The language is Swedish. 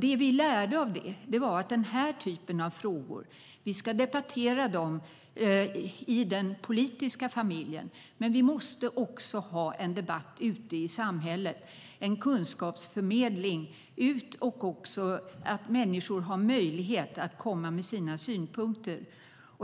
Det vi lärde av det var att vi ska debattera den här typen av frågor i den politiska familjen, men vi måste också ha en debatt ute i samhället och en kunskapsförmedling. Och människor ska ha möjlighet att komma med sina synpunkter.